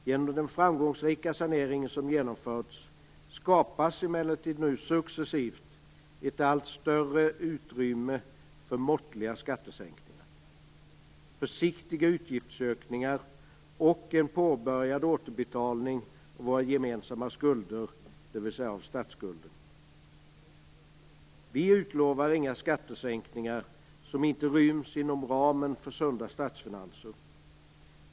Genom den framgångsrika sanering som genomförts skapas emellertid nu successivt ett allt större utrymme för måttliga skattesänkningar, försiktiga utgiftsökningar och en påbörjad återbetalning av våra gemensamma skulder, dvs. av statsskulden. Vi utlovar inga skattesänkningar som inte ryms inom ramen för sunda statsfinanser.